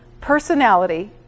personality